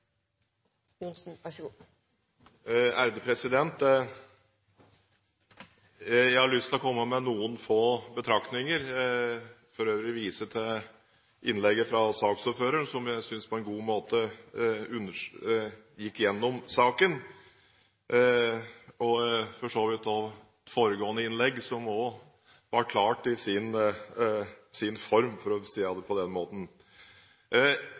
Jeg har lyst til å komme med noen få betraktninger. Jeg vil for øvrig vise til innlegget fra saksordføreren, som jeg synes på en god måte gikk gjennom saken, og for så vidt også til foregående innlegg, som også var klart i sin form – for å si det på den måten.